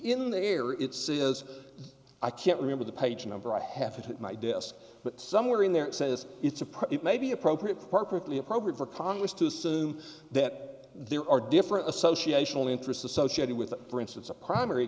in the air it says i can't remember the page number i have it my desk but somewhere in there it says it's a pretty it may be appropriate perfectly appropriate for congress to assume that there are different associational interest associated with it for instance a primary